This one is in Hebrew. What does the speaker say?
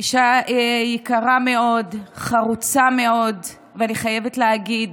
אישה יקרה מאוד, חרוצה מאוד, ואני חייבת להגיד,